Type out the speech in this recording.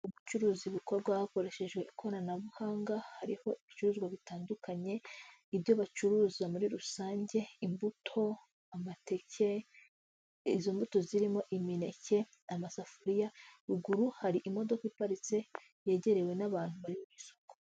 Ubucuruzi bukorwa hakoreshejwe ikoranabuhanga, hariho ibicuruzwa bitandukanye ibyo bacuruza muri rusange imbuto, amateke, izo mbuto zirimo imineke, amasafuriya ruguru hari imodoka iparitse yegerewe n'abantu bari mu isoku.